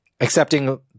accepting